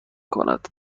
کند